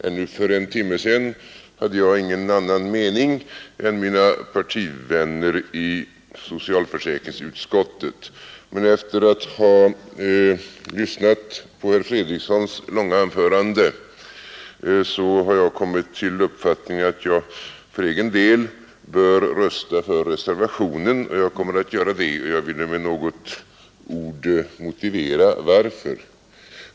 Ännu för en timme sedan hade jag heller ingen annan mening än mina partivänner i socialförsäkringsutskottet, men efter att ha lyssnat på herr Fredrikssons långa anförande har jag kommit till den uppfattningen att jag för egen del bör rösta för reservationen. Jag kommer därför att göra det, och jag vill med några ord motivera varför.